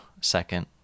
second